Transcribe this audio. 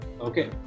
Okay